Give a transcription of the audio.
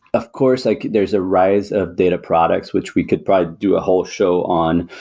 of course, like there's a rise of data products which we could probably do a whole show on,